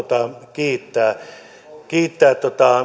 kiittää kiittää